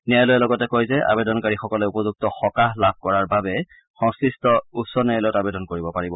ন্যায়লয়ে লগতে কয় যে আবেদনকাৰীসকলে উপযুক্ত সকাহ লাভ কৰাৰ বাবে সংশ্লিষ্ট উচ্চ ন্যায়ালয়ত আবেদন কৰিব পাৰিব